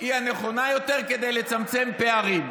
היא הנכונה יותר כדי לצמצם פערים.